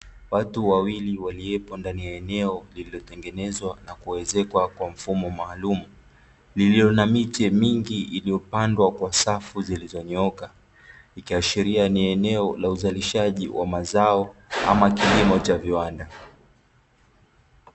Watu wawili waliopo ndani ya eneo lililotengenezwa na kuezekwa kwa mfumo maalumu, lililo na miche mingi iliyopandwa kwa safu zilizonyooka, ikiashiria ni eneo la uzalishaji wa mazao ama kilimo cha viwanda.